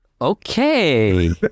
Okay